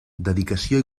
dedicació